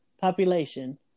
population